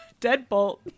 deadbolt